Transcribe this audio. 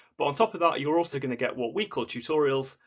but, on top of that, you are also going to get what we call tutorials,